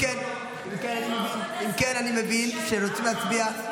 אם כן, אני מבין שרוצים להצביע.